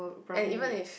and even if